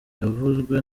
yavuzwe